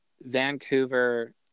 Vancouver